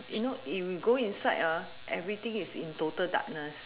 you know if you go inside everything is in total darkness